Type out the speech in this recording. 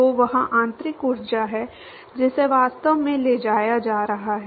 तो वह आंतरिक ऊर्जा है जिसे वास्तव में ले जाया जा रहा है